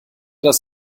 das